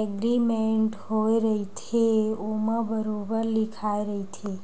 agreement होय रहिथे ओमा बरोबर लिखाए रहिथे